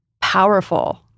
powerful